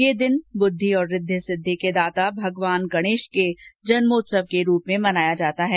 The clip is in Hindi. यह दिन बुद्धि और रिद्वि सिद्वि के दाता भगवान गणेश के जन्मोत्सव के रूप में मनाया जाता है